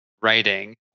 writing